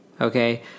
Okay